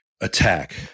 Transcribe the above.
attack